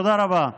תודה רבה.